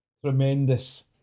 Tremendous